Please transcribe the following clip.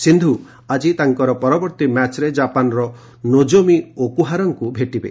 ସିନ୍ଧୁ ଆକି ତାଙ୍କର ପରବର୍ତ୍ତୀ ମ୍ୟାଚ୍ରେ ଜାପାନର ନୋଜୋମି ଓକୁହାରାଙ୍କୁ ଭେଟିବେ